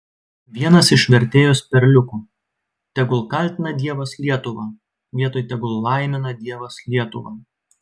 vienas iš vertėjos perliukų tegul kaltina dievas lietuvą vietoj tegul laimina dievas lietuvą